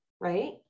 right